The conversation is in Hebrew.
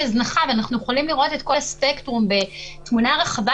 הזנחה ואנחנו יכולים לראות את כל הספקטרום בתמונה רחבה